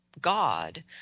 god